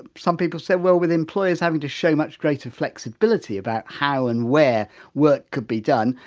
some people say well with employers having to show much greater flexibility about how and where work could be done,